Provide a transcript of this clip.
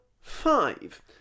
five